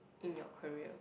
in your career